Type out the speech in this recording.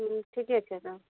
हूँ ठीके छै तऽ